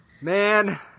Man